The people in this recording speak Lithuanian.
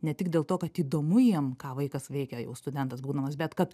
ne tik dėl to kad įdomu jiem ką vaikas veikia jau studentas būdamas bet kad